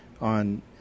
on